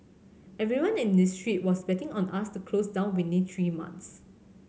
everyone in this street was betting on us to close down within three months